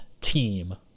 team